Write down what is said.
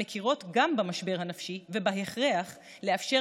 המכירות גם במשבר הנפשי ובהכרח לאפשר